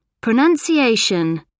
Pronunciation